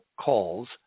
calls